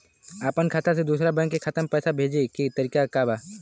अपना खाता से दूसरा बैंक के खाता में पैसा भेजे के तरीका का बा?